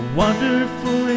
wonderful